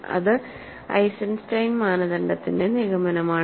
അത് ഐസൻസ്റ്റൈൻ മാനദണ്ഡത്തിന്റെ നിഗമനമാണ്